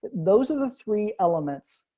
those are the three elements.